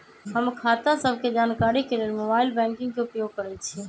हम खता सभके जानकारी के लेल मोबाइल बैंकिंग के उपयोग करइछी